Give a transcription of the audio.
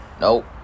Nope